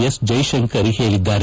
S Jaishankar ಹೇಳದ್ದಾರೆ